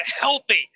healthy